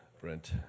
Brent